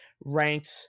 ranked